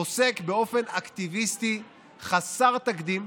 פוסק באופן אקטיביסטי חסר תקדים.